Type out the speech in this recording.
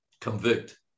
convict